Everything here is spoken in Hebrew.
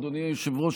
אדוני היושב-ראש,